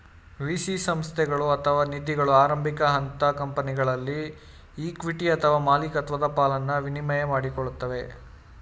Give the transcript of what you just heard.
VC ಸಂಸ್ಥೆಗಳು ಅಥವಾ ನಿಧಿಗಳು ಆರಂಭಿಕ ಹಂತದ ಕಂಪನಿಗಳಲ್ಲಿ ಇಕ್ವಿಟಿ ಅಥವಾ ಮಾಲಿಕತ್ವದ ಪಾಲನ್ನ ವಿನಿಮಯ ಮಾಡಿಕೊಳ್ಳುತ್ತದೆ